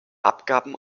abgaben